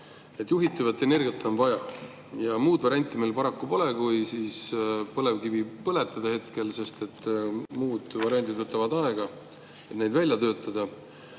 Juhitavat energiat on vaja ja muud varianti meil hetkel paraku pole, kui põlevkivi põletada, sest muud variandid võtavad aega, et neid välja töötada.